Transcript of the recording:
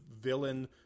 villain